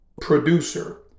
producer